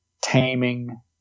taming